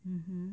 hmm